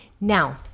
Now